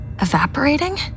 evaporating